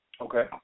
Okay